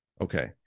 Okay